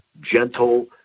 gentle